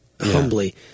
humbly